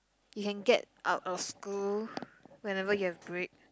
you can get out of school whenever you have break